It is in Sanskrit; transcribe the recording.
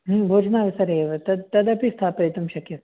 ह्म् भोजनावसरे एव तत् तदपि स्थापयितुं शक्यत्